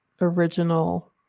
original